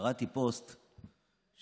קראתי פוסט של,